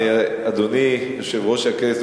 אדוני יושב-ראש הכנסת,